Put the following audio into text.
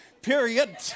Period